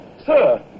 Sir